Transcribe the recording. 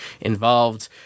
involved